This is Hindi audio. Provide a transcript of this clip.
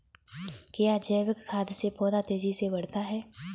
क्या जैविक खाद से पौधा तेजी से बढ़ता है?